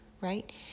right